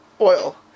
Oil